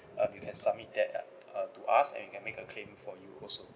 um you can submit that ah uh to us and we can make a claim for you also